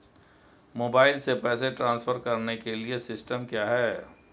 Mobile से पैसे transfer करने के लिए सिस्टम क्या है?